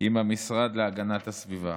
עם המשרד להגנת הסביבה.